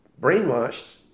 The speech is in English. brainwashed